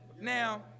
Now